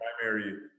primary